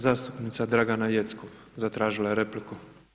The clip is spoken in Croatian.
Zastupnica Dragana Jeckov, zatražila je repliku.